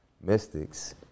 Mystics